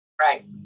right